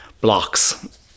blocks